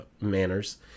manners